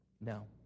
no